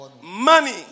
money